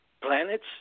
Planets